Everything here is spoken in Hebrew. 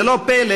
זה לא פלא,